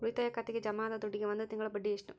ಉಳಿತಾಯ ಖಾತೆಗೆ ಜಮಾ ಆದ ದುಡ್ಡಿಗೆ ಒಂದು ತಿಂಗಳ ಬಡ್ಡಿ ಎಷ್ಟು?